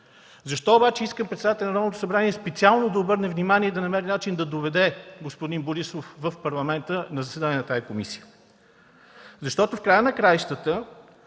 Защо обаче искам председателят на Народното събрание специално да обърне внимание и да намери начин да доведе господин Борисов в Парламента на заседание на тази комисия? Защото господин Борисов